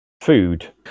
Food